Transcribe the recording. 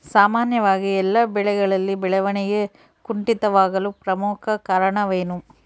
ಸಾಮಾನ್ಯವಾಗಿ ಎಲ್ಲ ಬೆಳೆಗಳಲ್ಲಿ ಬೆಳವಣಿಗೆ ಕುಂಠಿತವಾಗಲು ಪ್ರಮುಖ ಕಾರಣವೇನು?